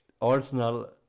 Arsenal